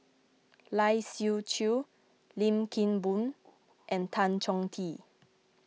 Lai Siu Chiu Lim Kim Boon and Tan Chong Tee